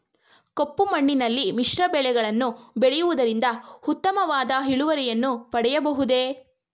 ಕಪ್ಪು ಮಣ್ಣಿನಲ್ಲಿ ಮಿಶ್ರ ಬೆಳೆಗಳನ್ನು ಬೆಳೆಯುವುದರಿಂದ ಉತ್ತಮವಾದ ಇಳುವರಿಯನ್ನು ಪಡೆಯಬಹುದೇ?